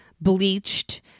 bleached